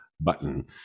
button